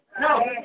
No